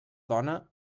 dona